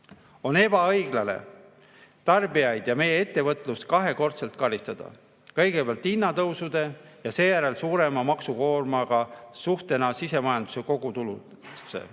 On ebaõiglane tarbijaid ja meie ettevõtlust kahekordselt karistada: kõigepealt hinnatõusud ja seejärel suurem maksukoorem võrreldes sisemajanduse kogutuluga.